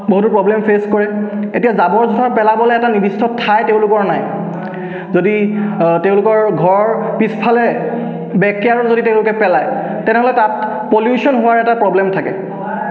বহুতো problem face কৰে এতিয়া যাবৰ জোঁথৰ পেলাবলৈ এটা নিৰ্দিষ্ট ঠাই তেওঁলোকৰ নাই যদি তেওঁলোকৰ ঘৰ পিছফালে বেকয়াৰ্ডতো যদি তেওঁলোকে পেলাই তেনেহ'লে তাত পলিউশ্যন হোৱাৰ এটা প্ৰব্লেম থাকে